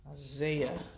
Isaiah